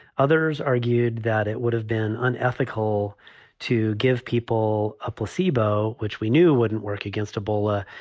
others argued that it would have been unethical to give people a placebo, which we knew wouldn't work. against ebola.